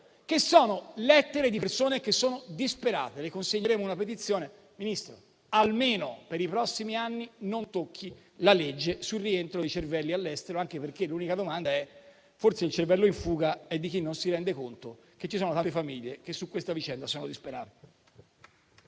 che sono di persone disperate. Le consegneremo una petizione, Ministro: almeno per i prossimi anni non tocchi la legge sul rientro dei cervelli dall'estero, anche perché forse il cervello in fuga è quello di chi non si rende conto che ci sono tante famiglie che su questa vicenda sono disperate.